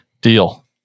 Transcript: Deal